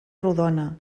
rodona